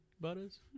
Butters